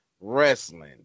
wrestling